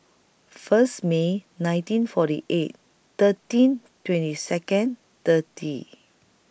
First May nineteen forty eight thirteen twenty Second thirty